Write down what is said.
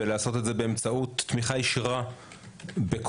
ולעשות את זה באמצעות תמיכה ישירה בקוראים.